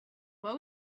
what